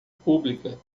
pública